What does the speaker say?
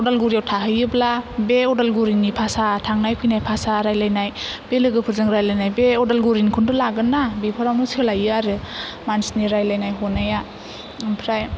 उदालगुरियाव थाहैयोब्ला बे उदालगुरिनि भाषा थांनाय फैनाय भाषा रायलायनाय बे लोगोफोरजों रायलायनाय बे उदालगुरिनिखौनोथ' लागोन ना बेफोरावनो सोलायो आरो मानसिनि रायलायनाय हनाया ओमफ्राय